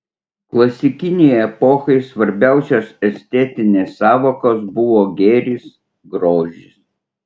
klasikinei epochai svarbiausios estetinės sąvokos buvo gėris grožis